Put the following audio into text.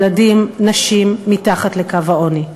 ילדים ונשים אל מתחת לקו העוני.